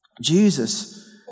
jesus